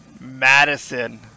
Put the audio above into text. Madison